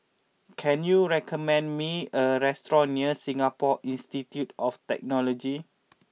can you recommend me a restaurant near Singapore Institute of Technology